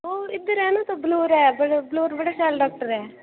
इद्धर ऐ ना बलौर बलौर इक्क बड़ा शैल डॉक्टर ऐ